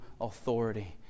authority